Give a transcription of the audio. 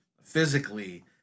physically